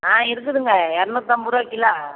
ஆ இருக்குதுங்க இரநூத்தம்பது ரூபா கிலோ